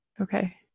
Okay